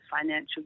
financial